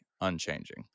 unchanging